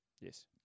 Yes